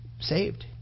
saved